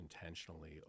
intentionally